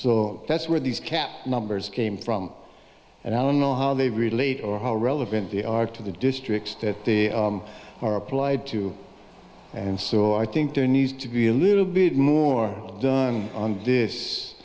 so that's where these cap numbers came from and i don't know how they relate or how relevant the are to the districts that they are applied to and so i think there needs to be a little bit more done on this